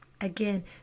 Again